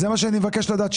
זה מה שאני מבקש לדעת.